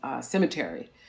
Cemetery